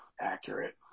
accurate